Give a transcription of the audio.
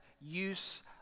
use